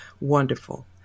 wonderful